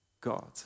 God